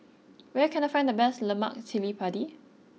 where can I find the best Lemak Cili Padi